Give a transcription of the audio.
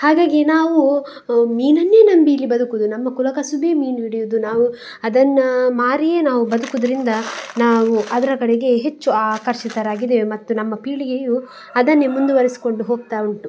ಹಾಗಾಗಿ ನಾವು ಮೀನನ್ನೇ ನಂಬಿ ಇಲ್ಲಿ ಬದುಕುವುದು ನಮ್ಮ ಕುಲ ಕಸುಬೇ ಮೀನು ಹಿಡಿಯುವುದು ನಾವು ಅದನ್ನ ಮಾರಿಯೇ ನಾವು ಬದುಕೋದ್ರಿಂದ ನಾವು ಅದರ ಕಡೆಗೆ ಹೆಚ್ಚು ಆಕರ್ಷಿತರಾಗಿದೇವೆ ಮತ್ತು ನಮ್ಮ ಪೀಳಿಗೆಯೂ ಅದನ್ನೇ ಮುಂದುವರೆಸ್ಕೊಂಡು ಹೋಗ್ತಾ ಉಂಟು